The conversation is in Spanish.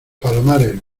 palomares